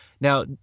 Now